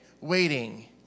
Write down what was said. waiting